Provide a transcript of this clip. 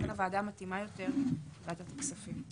לכן, הוועדה המתאימה יותר היא ועדת הכספים.